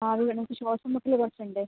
ആ അത് വേണം ശ്വാസം മുട്ടൽ കുറച്ച് ഉണ്ട്